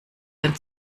den